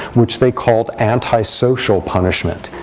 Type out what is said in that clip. which they called antisocial punishment,